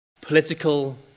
political